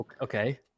Okay